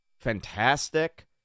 fantastic